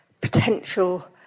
potential